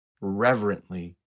reverently